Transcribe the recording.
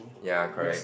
ya correct